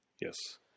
yes